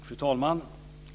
Fru talman!